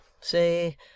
Say